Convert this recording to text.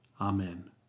Amen